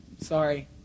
Sorry